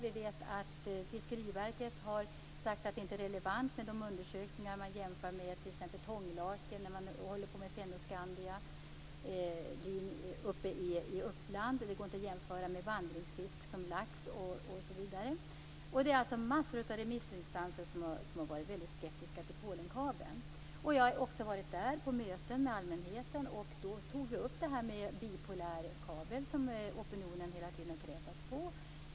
Vi vet att Fiskeriverket har sagt att det inte är relevant med de undersökningar man jämför med, t.ex. tånglaken i Uppland i fråga om Fennoskandia, vandringsfisk som lax. Det är alltså många remissinstanser som har varit väldigt skeptiska till Polenkabeln. Jag har varit på möten med allmänheten. Vi tog upp bipolär kabel, som opinionen hela tiden krävt att få.